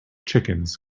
chickens